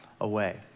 away